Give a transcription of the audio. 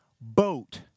boat